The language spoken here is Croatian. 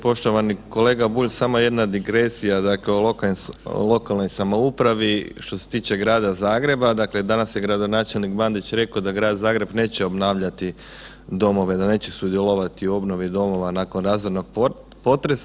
Poštovani kolega Bulj, samo jedna digresija, dakle o lokalnoj samoupravi, što se tiče Grada Zagreba, dakle danas je gradonačelnik Bandić rekao da Grad Zagreb neće obnavljati domove da neće sudjelovati u obnovi domova nakon razornog potresa.